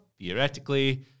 theoretically